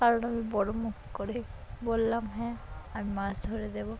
কারণ আমি বড়ো মুখ করে বললাম হ্যাঁ আমি মাছ ধরে দেবো